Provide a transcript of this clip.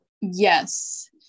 yes